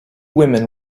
women